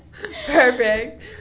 Perfect